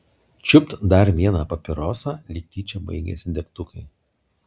čiupt dar vieną papirosą lyg tyčia baigėsi degtukai